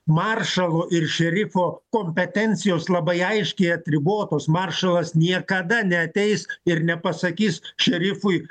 maršalo ir šerifo kompetencijos labai aiškiai atribotos maršalas niekada neateis ir nepasakys šerifui